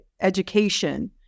education